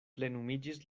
plenumiĝis